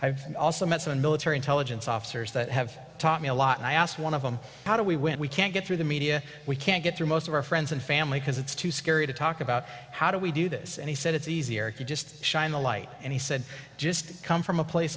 i've also met some military intelligence officers that have taught me a lot and i asked one of them how do we when we can't get through the media we can't get through most of our friends and family because it's too scary to talk about how do we do this and he said it's easier if you just shine a light and he said just come from a place